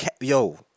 Yo